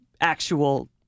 actual